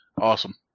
Awesome